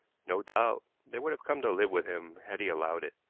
no doubt they would have come to live with him had he allowed it,